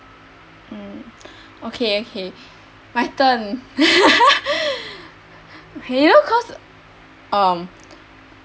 mm okay okay my turn you know cause um